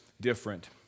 different